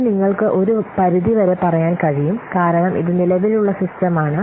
ഇത് നിങ്ങൾക്ക് ഒരു പരിധി വരെ പറയാൻ കഴിയും കാരണം ഇത് നിലവിലുള്ള സിസ്റ്റമാണ്